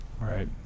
right